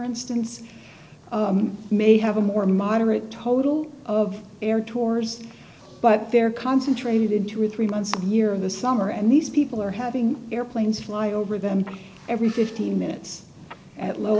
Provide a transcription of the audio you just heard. instance may have a more moderate total of air tours but they're concentrated in two or three months near the summer and these people are having airplanes fly over them every fifteen minutes at low